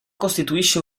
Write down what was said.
costituisce